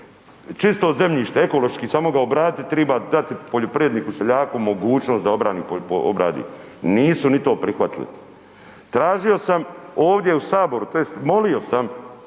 čisto zemljište samo ga obraditi triba dati poljoprivredniku seljaku mogućnost da obrani, obradi, nisu ni to prihvatili. Tražio sam ovdje u saboru tj. molio sam